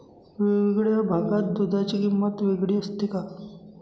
वेगवेगळ्या भागात दूधाची किंमत वेगळी असते का?